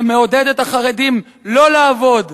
שמעודד את החרדים לא לעבוד.